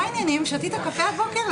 חשבתי שזה רק על הפלילי.